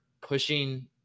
pushing